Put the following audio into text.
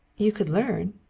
you could learn.